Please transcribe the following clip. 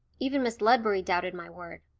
even miss ledbury doubted my word.